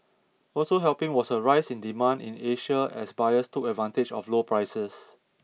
also helping was a rise in demand in Asia as buyers took advantage of low prices